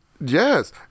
Yes